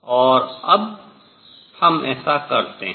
और अब हम ऐसा करते हैं